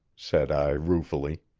said i ruefully,